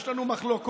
יש לנו מחלוקות,